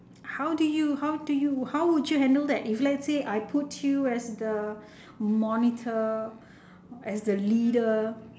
how do you how do you how would you handle that if let's say I put you as the monitor as the leader